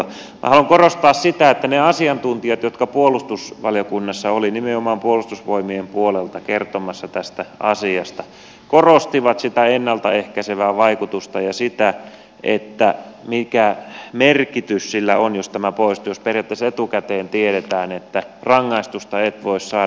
minä haluan korostaa sitä että ne asiantuntijat jotka puolustusvaliokunnassa olivat nimenomaan puolustusvoimien puolelta kertomassa tästä asiasta korostivat sitä ennalta ehkäisevää vaikutusta ja sitä mikä merkitys sillä on jos periaatteessa etukäteen tiedetään että rangaistusta et voi saada